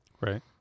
right